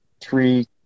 three